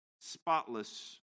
spotless